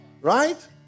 Right